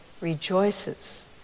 rejoices